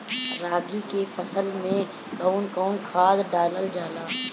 रागी के फसल मे कउन कउन खाद डालल जाला?